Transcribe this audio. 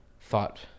thought